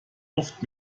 oft